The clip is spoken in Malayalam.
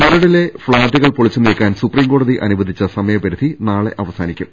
മരടിലെ ഫ്ളാറ്റുകൾ പൊളിച്ചുനീക്കാൻ സുപ്രീം കോടതി അനുവദിച്ച സമയപരിധി നാളെ അവസാനിക്കും